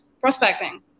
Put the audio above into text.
prospecting